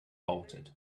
bolted